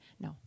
No